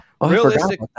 realistic